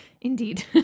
Indeed